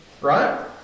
Right